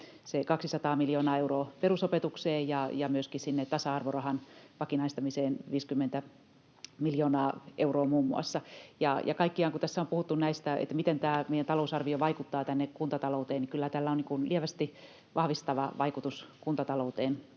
200 miljoonaa euroa perusopetukseen ja myöskin sinne tasa-arvorahan vakinaistamiseen 50 miljoonaa euroa, muun muassa. Kaikkiaan, kun tässä on puhuttu siitä, miten tämä meidän talousarvio vaikuttaa kuntatalouteen, tällä kyllä on lievästi vahvistava vaikutus kuntatalou-teen